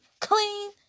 clean